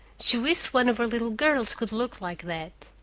she wished one of her little girls could look like that.